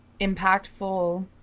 impactful